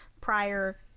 prior